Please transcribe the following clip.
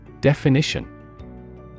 Definition